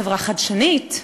חברה חדשנית.